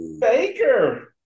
Baker